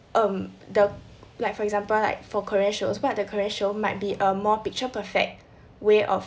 um the like for example like for korean shows what the korean show might be a more picture perfect way of